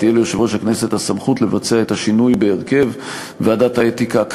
ותהיה ליושב-ראש הכנסת הסמכות לבצע את השינוי בהרכב ועדת האתיקה,